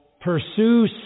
pursue